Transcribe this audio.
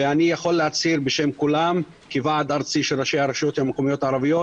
אני יכול להצהיר בשם כולם כוועד ארצי של ראשי הרשויות המקומות הערביות,